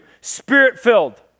spirit-filled